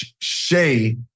Shay